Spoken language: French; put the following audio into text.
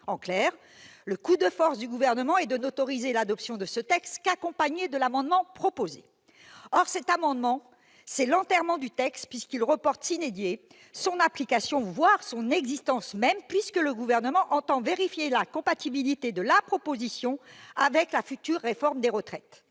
En clair, le coup de force du Gouvernement est de n'autoriser l'adoption de ce texte qu'accompagné de l'amendement proposé. Or cet amendement, c'est l'enterrement du texte, puisqu'il reporte son application, voire son existence même : le Gouvernement entend vérifier la compatibilité de la proposition avec la future réforme des retraites